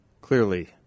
Clearly